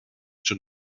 schon